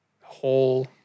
whole